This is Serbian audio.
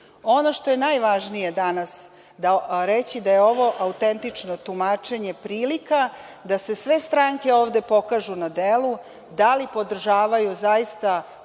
što je najvažnije danas reći jeste da je ovo autentično tumačenje prilika da se sve stranke ovde pokažu na delu, da li podržavaju zaista